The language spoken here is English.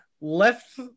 left